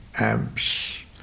amps